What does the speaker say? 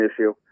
issue